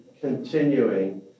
continuing